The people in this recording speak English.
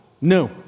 No